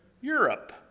Europe